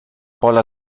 pola